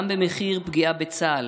גם במחיר פגיעה בצה"ל,